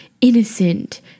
innocent